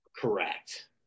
Correct